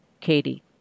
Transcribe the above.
katie